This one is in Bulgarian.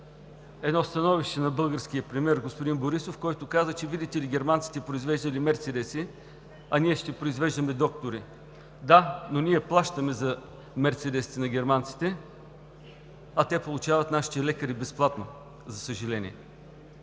едно становище на българския премиер господин Борисов, който преди години каза, че, видите ли, германците произвеждали мерцедеси, а ние ще произвеждаме доктори. Да, но ние плащаме за мерцедесите на германците, а те получават нашите лекари безплатно, за съжаление.